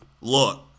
look